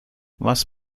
was